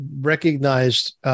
recognized